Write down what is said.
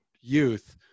youth